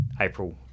April